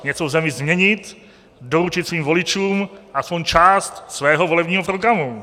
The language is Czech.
Něco v zemi změnit, doručit svým voličům aspoň část svého volebního programu.